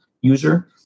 user